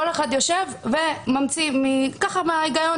בעיניי התשובה של פרקליט המדינה לגבי הנכונות